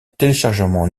téléchargement